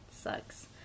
sucks